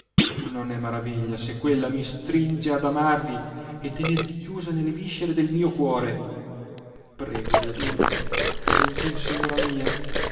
non è maraviglia se quella mi stringe ad amarvi e tenervi chiusa nelle viscere del mio cuore pregovi adunque gentil signora mia